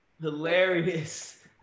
Hilarious